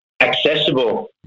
accessible